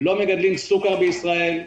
לא מגדלים סוכר בישראל,